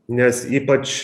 nes ypač